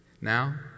Now